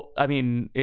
i mean,